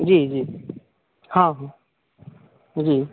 जी जी हॅं जी